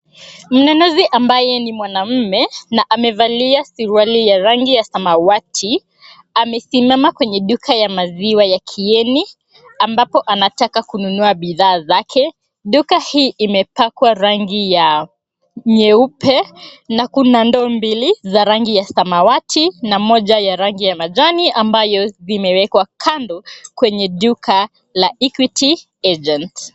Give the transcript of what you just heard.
Mnunuzi ambaye ni mwanamme na amevalia suruali ya rangi ya samawati amesimama kwenye duka ya maziwa ya KIENI ambapo anataka kununua bidhaa zake. Duka hii imepakwa rangi ya nyeupe na kuna ndoo mbili za rangi ya samawati na moja ya rangi ya majani ambayo zimewekwa kando kwenye duka la EQUITY AGENT .